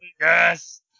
Yes